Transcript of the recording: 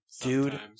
dude